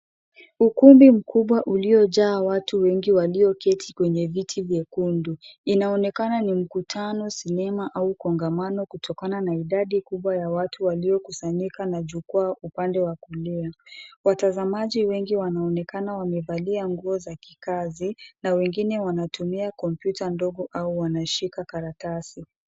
Ukumbi mkubwa uliojaa watu wengi walioketi kwenye viti vyekundu. Inaonekana ni mkutano, sinema au kongamano kutokana na idadi kubwa ya watu waliokusanyika na jukwaa upande wa kulia. Watazamaji wengi wanaonekana wamevalia nguo za kikazi na wengine wanatumia kompyuta ndogo au wanashika karatasi.